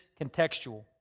contextual